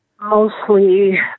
Mostly